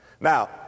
Now